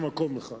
במקום אחד.